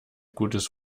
gutes